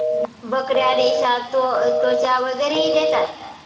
बकऱ्या रेशा, त्वचा वगैरेही देतात